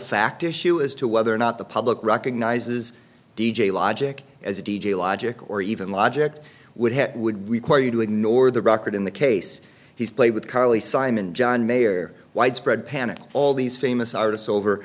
fact issue as to whether or not the public recognizes d j logic as a d j logic or even logic would have would require you to ignore the record in the case he's played with carly simon john mayer widespread panic all these famous artists over